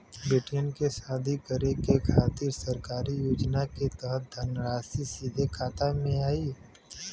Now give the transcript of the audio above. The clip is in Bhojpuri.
बेटियन के शादी करे के खातिर सरकारी योजना के तहत धनराशि सीधे खाता मे आई?